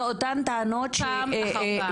אותן טענות פעם אחר פעם.